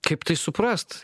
kaip tai suprast